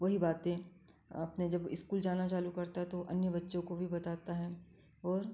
वही बातें अपने जब स्कूल जाना चालू करता है तो अन्य बच्चों को भी बताता है और